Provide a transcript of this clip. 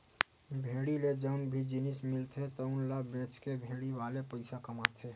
भेड़ी ले जउन भी जिनिस मिलथे तउन ल बेचके भेड़ी वाले पइसा कमाथे